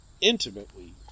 intimately